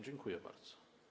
Dziękuję bardzo.